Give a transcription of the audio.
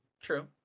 true